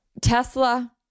Tesla